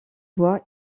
bois